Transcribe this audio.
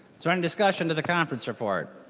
so um discussion to the conference report?